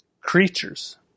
creatures